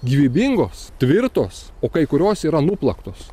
gyvybingos tvirtos o kai kurios yra nuplaktos